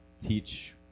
teach